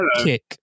kick